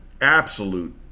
absolute